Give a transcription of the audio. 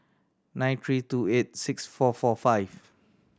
nine three two eight six four four five